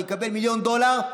שיקבל מיליון דולר,